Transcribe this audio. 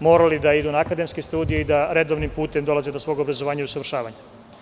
morali da idu na akademske studije i da redovnim putem dolaze do svog obrazovanja i usavršavanja.